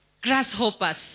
grasshoppers